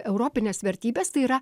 europines vertybes tai yra